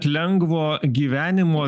lengvo gyvenimo